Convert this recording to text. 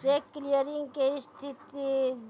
cheque clearing के स्थिति